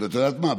את יודע מה?